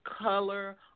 color